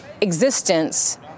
existence